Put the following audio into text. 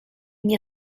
nie